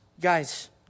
Guys